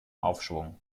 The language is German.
aufschwung